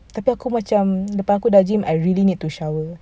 tapi aku macam lepas aku dah gym I really need to shower